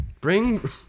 Bring